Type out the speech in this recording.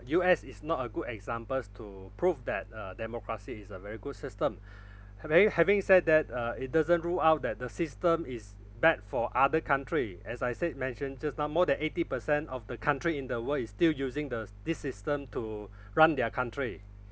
U_S is not a good examples to prove that uh democracy is a very good system having having said that uh it doesn't rule out that the system is bad for other country as I said mentioned just now more than eighty percent of the country in the world is still using the this system to run their country